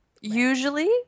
Usually